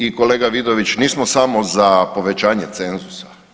I kolega Vidović nismo samo za povećanje cenzusa.